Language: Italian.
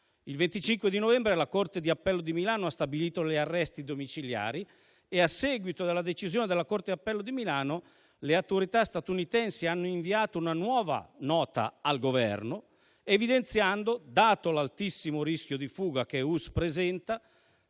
Il 25 novembre la corte d'appello di Milano ha stabilito gli arresti domiciliari e, a seguito di tale decisione, le autorità statunitense hanno inviato una nuova nota al Governo, evidenziando, dato l'altissimo rischio di fuga che Uss presenta,